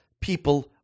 people